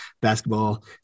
basketball